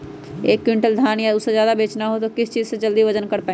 एक क्विंटल धान या उससे ज्यादा बेचना हो तो किस चीज से जल्दी वजन कर पायेंगे?